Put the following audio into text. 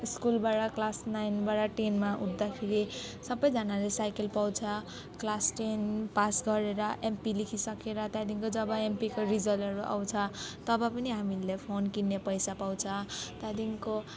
स्कुलबाट क्लास नाइनबाट टेनमा उठ्दाखेरि सबैजनाले साइकल पाउँछ क्लास टेन पास गरेर एमपी लेखिसकेर त्यहाँदेखिको जब एमपीको रिजल्टहरू आउँछ तब पनि हामीहरूले फोन किन्ने पैसा पाउँछ त्यहाँदेखिको